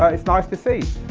ah it's nice to see.